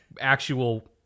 actual